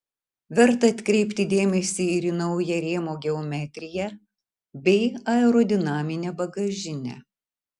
verta atkreipti dėmesį ir į naują rėmo geometriją bei aerodinaminę bagažinę